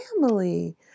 family